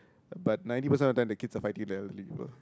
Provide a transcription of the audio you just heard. but ninety percent of the time the kids are fighting with the elderly people